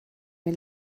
may